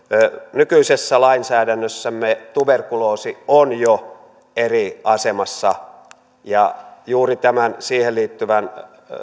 nykyisessä lainsäädännössämme tuberkuloosi on jo eri asemassa ja juuri tämän siihen liittyvän